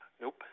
Nope